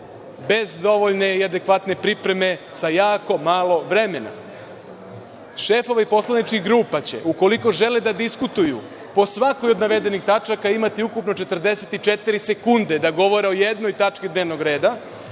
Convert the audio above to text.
bez dovoljne i adekvatne pripreme, sa jako malo vremena. Šefovi poslaničkih grupa će, ukoliko žele da diskutuju, po svakoj od navedenih tačaka, imati ukupno 44 sekunde da govore o jednoj tački dnevnog reda,